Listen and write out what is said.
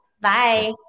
Bye